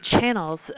channels